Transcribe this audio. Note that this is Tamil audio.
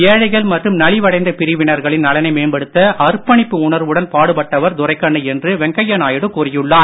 ஏழைகள் மற்றும் நலிவடைந்த பிரிவினர்களின் நலனை மேம்படுத்த அர்ப்பணிப்பு உணர்வுடன் பாடுபட்டவர் துரைக்கண்ணு என்று வெங்கய்யா நாயுடு கூறியுள்ளார்